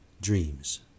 dreams